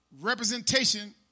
representation